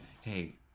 Hey